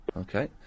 Okay